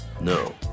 No